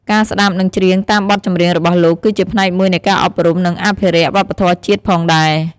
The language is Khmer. ការស្ដាប់ និងច្រៀងតាមបទចម្រៀងរបស់លោក គឺជាផ្នែកមួយនៃការអប់រំ និងអភិរក្សវប្បធម៌ជាតិផងដែរ ។